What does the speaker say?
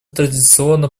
традиционно